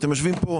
אתם יושבים פה,